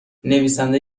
نویسنده